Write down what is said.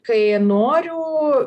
kai noriu